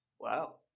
Wow